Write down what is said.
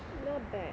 not bad